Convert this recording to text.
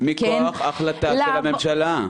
--- מכוח החלטה של הממשלה.